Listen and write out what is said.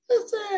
Listen